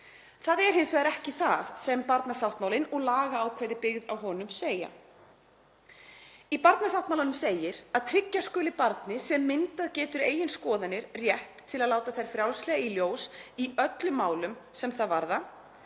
Það er hins vegar ekki það sem barnasáttmálinn og lagaákvæði byggð á honum segja. Í barnasáttmálanum segir að tryggja skuli barni, sem myndað getur eigin skoðanir, rétt til að láta þær frjálslega í ljós í öllum málum sem það varða